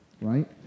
right